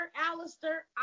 Alistair